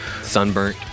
sunburned